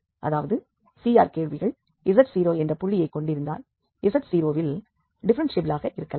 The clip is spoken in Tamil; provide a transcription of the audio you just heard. அதாவது CR கேள்விகள் z0 என்ற புள்ளியை கொண்டிருந்தால் z0 வில் டிஃப்ஃபெரென்ஷியபிலாக இருக்கலாம்